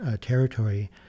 territory